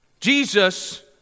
Jesus